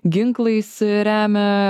ginklais remia